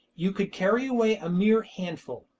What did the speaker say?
you could carry away a mere handful.